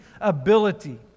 ability